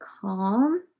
calm